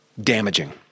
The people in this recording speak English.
damaging